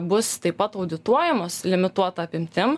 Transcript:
bus taip pat audituojamos limituota apimtim